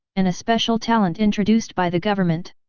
and a special talent introduced by the government.